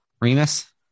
Remus